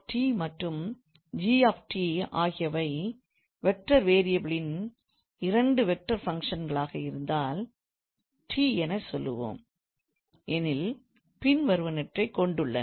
𝑓𝑡 மற்றும் 𝑔 𝑡 ஆகியவை vector variable ன் இரண்டு வெக்டார் ஃபங்க்ஷன் களாக இருந்தால் t எனச் சொல்வோம் எனில் பின்வருவனவற்றைக் கொண்டுள்ளன